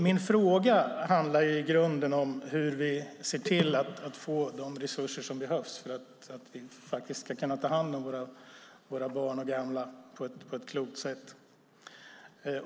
Min fråga handlar i grunden om hur vi ser till att få de resurser som behövs för att vi ska kunna ta hand om våra barn och gamla på ett klokt sätt.